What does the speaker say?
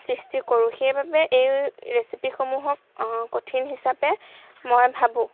সৃষ্টি কৰোঁ সেইবাবে এই ৰেচিপিসমূহক কঠিন হিচাপে মই ভাবোঁ